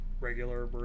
regular